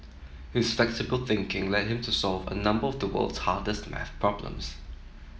his flexible thinking led him to solve a number of the world's hardest math problems